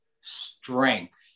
strength